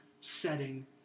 setting